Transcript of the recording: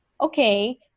okay